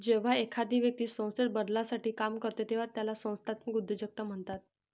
जेव्हा एखादी व्यक्ती संस्थेत बदलासाठी काम करते तेव्हा त्याला संस्थात्मक उद्योजकता म्हणतात